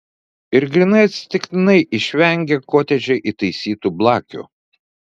ir grynai atsitiktinai išvengė kotedže įtaisytų blakių